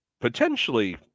potentially